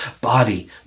body